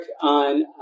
on